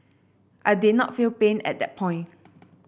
I did not feel pain at that point